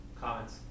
comments